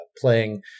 playing